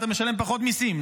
אתה משלם פחות מיסים,